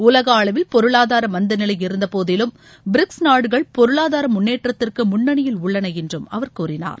உலக அளவில் பொருளாதார மந்தநிலை இருந்தபோதிலும் பிரிக்ஸ் நாடுகள் பொருளாதார முன்னேற்றத்திற்கு முன்னணியில் உள்ளன என்று அவர் கூறினார்